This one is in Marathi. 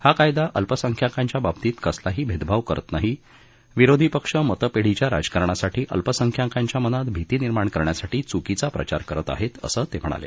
हा कायदा अल्पसंख्याकांच्या बाबतीत कसालाही भैदभाव करत नाही विरोधी पक्ष मतपेढीच्या राजकारणासाठी अल्पसंख्याकांच्या मनात भिती निर्माण करण्यासाठी च्कीचा प्रचार करत आहेत असं ते म्हणाले